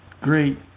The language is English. great